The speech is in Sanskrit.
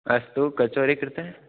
अस्तु कचोरि कृते